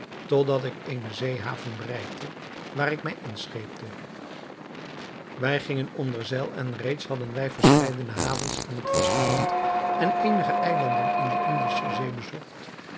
totdat ik eene zeehaven bereikte waar ik mij inscheepte wij gingen onder zeil en reeds hadden wij verscheidene havens aan het vasteland en eenige eilanden in de indische zee bezocht